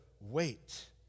wait